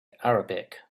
arabic